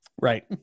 Right